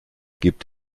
gibt